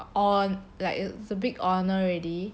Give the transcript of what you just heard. on like it's a big honour already